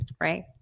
right